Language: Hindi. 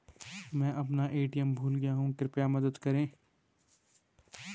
मैं अपना ए.टी.एम भूल गया हूँ, कृपया मदद करें